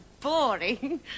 boring